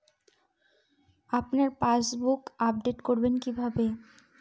আপনার passbook update করবেন কিভাবে?